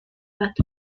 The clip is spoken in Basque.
bat